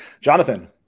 Jonathan